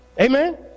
Amen